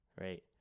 right